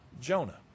Jonah